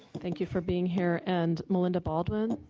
thank you for being here. and melinda baldwin?